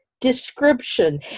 description